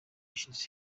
bishize